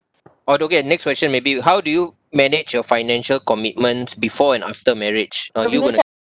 oh don't care next question maybe how do you manage your financial commitments before and after marriage are you gonna